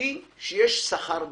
יש שכר בצידה.